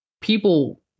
people